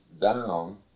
down